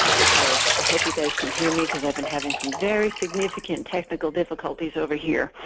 okay. i hope you guys can hear me, because i've been having some very significant technical difficulties over here.